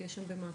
יש על זה מעקב.